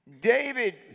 David